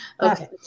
Okay